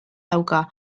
dauka